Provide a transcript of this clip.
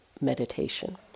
meditation